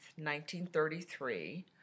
1933